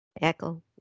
Echo